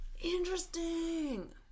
Interesting